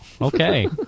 Okay